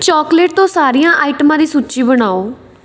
chocolate ਤੋਂ ਸਾਰੀਆਂ ਆਈਟਮਾਂ ਦੀ ਸੂਚੀ ਬਣਾਓ